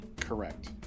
Correct